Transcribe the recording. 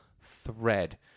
thread